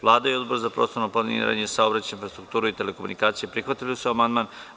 Vlada i Odbor za prostorno planiranje, saobraćaj, infrastrukturu i telekomunikacije prihvatili su amandman.